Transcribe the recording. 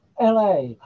LA